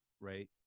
right